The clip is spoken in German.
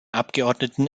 abgeordneten